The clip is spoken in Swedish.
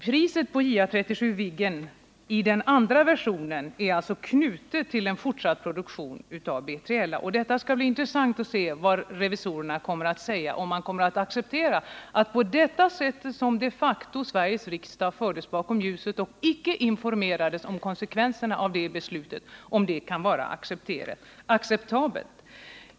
Priset på JA 37 Viggen är alltså knutet till en fortsatt produktion av B3LA. Och det skall bli intressant att se om revisorerna kommer att acceptera det sätt på vilket Sveriges riksdag de facto fördes bakom ljuset och inte informerades om konsekvenserna av beslutet.